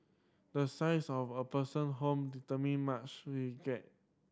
the size of a person home determine much we will get